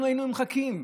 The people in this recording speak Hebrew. היינו נמחקים.